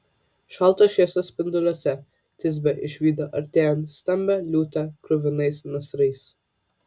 šaltos šviesos spinduliuose tisbė išvydo artėjant stambią liūtę kruvinais nasrais